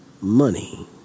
money